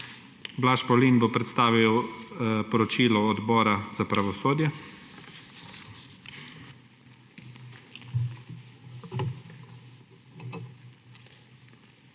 Blaž Pavlin bo predstavil poročilo Odbora za pravosodje.